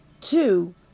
Two